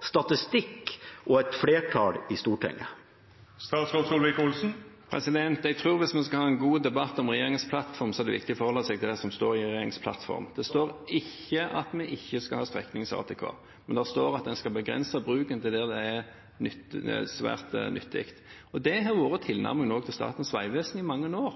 statistikk og et flertall i Stortinget? Hvis vi skal ha en god debatt om regjeringens plattform, tror jeg det er viktig å forholde seg til det som står i regjeringsplattformen. Det står ikke at vi ikke skal ha streknings-ATK, men det står at man skal begrense bruken til der det er svært nyttig. Det har også vært tilnærmingen til Statens vegvesen i mange år.